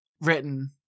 written